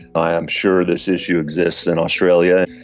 i'm sure this issue exists in australia.